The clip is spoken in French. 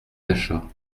d’achat